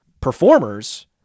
performers